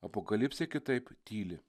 apokalipsė kitaip tyli